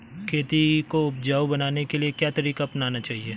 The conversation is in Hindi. खेती को उपजाऊ बनाने के लिए क्या तरीका अपनाना चाहिए?